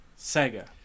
Sega